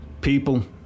People